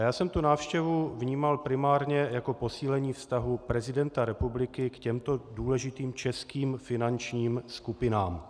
A já jsem tu návštěvu vnímal primárně jako posílení vztahu prezidenta republiky k těmto důležitým českým finančním skupinám.